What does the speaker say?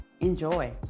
Enjoy